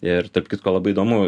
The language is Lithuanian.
ir tarp kitko labai įdomu